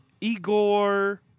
Igor